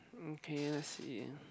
okay let's see